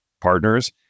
partners